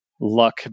luck